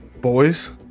Boys